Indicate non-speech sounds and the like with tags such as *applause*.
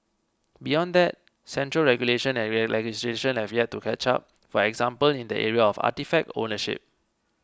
beyond that central regulation and *unintelligible* legislation have yet to catch up for example in the area of artefact ownership